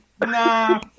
Nah